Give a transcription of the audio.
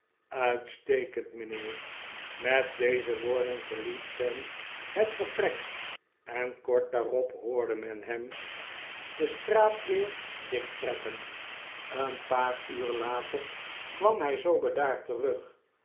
uitstekend mijnheer met deze woorden verliet sam het vertrek en kort daarop hoorde men hem de straatdeur dichttrekken een paar uur later kwam hij zoo bedaard terug